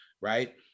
right